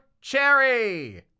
cherry